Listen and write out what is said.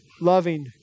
loving